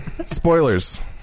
spoilers